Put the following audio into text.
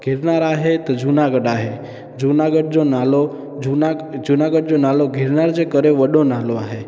गिरनार आहे त जूनागढ़ आहे जूनागढ़ जो नालो जूना जूनागढ़ जो नालो गिरनार जे करे वॾो नालो आहे